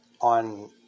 on